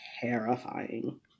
terrifying